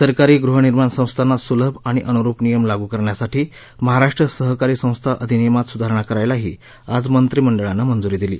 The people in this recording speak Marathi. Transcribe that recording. सहकारी गृहनिर्माण संस्थांना सुलभ आणि अनुरूप नियम लागू करण्यासाठी महाराष्ट्र सहकारी संस्था अधिनियमात सुधारणा करायलाही आज मंत्रीमंडळानं मंजूरी दिली